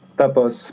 tapos